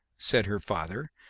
said her father,